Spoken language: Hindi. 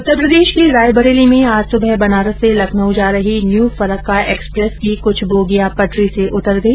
उत्तरप्रदेश के रायबरेली में आज सुबह बनारस से लखनऊ जा रही न्यू फरक्का एक्सप्रेस की कुछ बोगिया पटरी से उतर गई